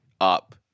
up